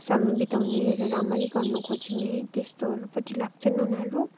समय बिताउने र राम्ररी गर्नु खोज्ने त्यस्तोहरूपट्टि लाग्छन् उनीहरू